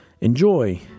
enjoy